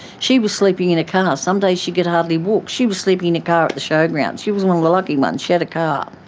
she was sleeping in a car, some days she could hardly walk, she was sleeping in a car at the showgrounds, she was one of the lucky ones, she had a car.